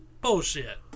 Bullshit